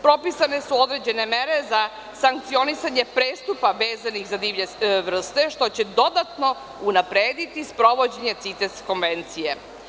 Propisane su određene mere za sankcionisanje prestupa vezanih za divlje vrste, što će dodatno unaprediti sprovođenje CITES konvencije.